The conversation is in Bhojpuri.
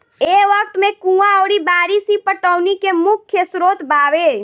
ए वक्त में कुंवा अउरी बारिस ही पटौनी के मुख्य स्रोत बावे